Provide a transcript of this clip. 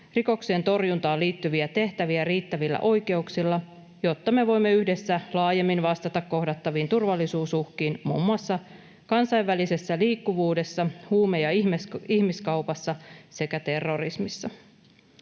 rikoksentorjuntaan liittyviä tehtäviä riittävillä oikeuksilla, jotta me voimme yhdessä laajemmin vastata kohdattaviin turvallisuusuhkiin muun muassa kansainvälisessä liikkuvuudessa, huume- ja ihmiskaupassa sekä terrorismissa.